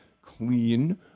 clean